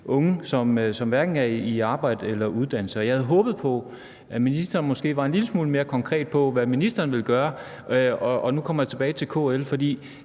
unge, som hverken er i arbejde eller uddannelse. Jeg havde håbet på, at ministeren måske var en lille smule mere konkret, i forhold til hvad ministeren vil gøre. Og nu kommer jeg tilbage til KL, for